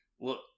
look